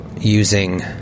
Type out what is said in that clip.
using